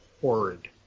horrid